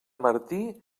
martí